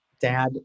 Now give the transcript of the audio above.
dad